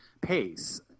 pace